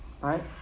Right